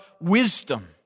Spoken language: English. wisdom